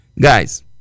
Guys